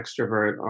extrovert